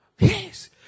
Yes